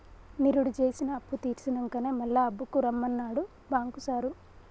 నిరుడు జేసిన అప్పుతీర్సినంకనే మళ్ల అప్పుకు రమ్మన్నడు బాంకు సారు